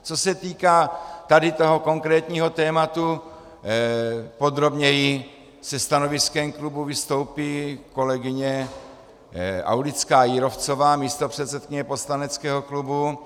Co se týká tady toho konkrétního tématu, podrobněji se stanoviskem klubu vystoupí kolegyně Aulická Jírovcová, místopředsedkyně poslaneckého klubu.